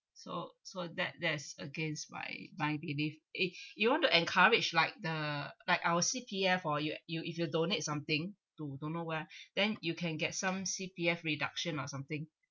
so so that that is against my my belief eh you want to encourage like the like our C_P_F or you you if you donate something to don't know where then you can get some C_P_F reduction or something